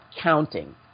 counting